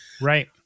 Right